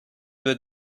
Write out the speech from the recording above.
due